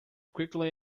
quickly